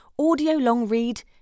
audiolongread